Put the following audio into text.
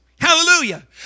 Hallelujah